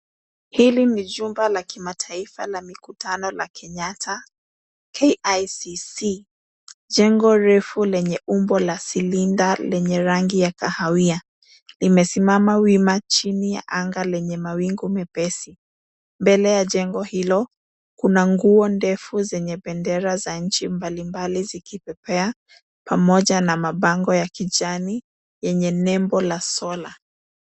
Hili ni jumba la kimataifa la mikutano la Kenyatta, KICC . Jengo refu lenye umbo la silinda lenye rangi ya kahawia. Imesimama wima chini ya anga lenye mawingu mepesi. Mbele ya jengo hilo, kuna nguo ndefu zenye bendera za nchi mbalimbali zikipepea, pamoja na mabango ya kijani, yenye nembo la solar .